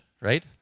right